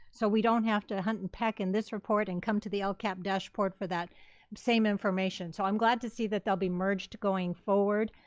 so we don't have to hunt and peck in this report and come to the lcap dashboard for that same information. so i'm glad to see that they'll be merged going forward,